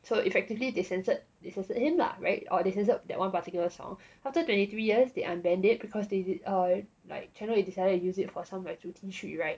so effectively they censored censored him lah [right] or they censored that one particular song after twenty three years they unbanned it because they are like channel eight decided to use it for some like 主题曲 [right]